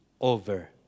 over